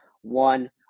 one